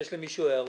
יש למישהו הערות?